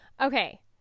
Okay